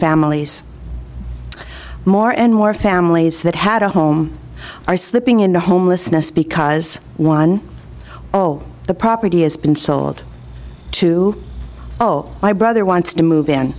families more and more families that had a home are slipping into homelessness because one all the property has been sold to my brother wants to move in